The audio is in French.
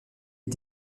est